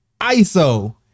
ISO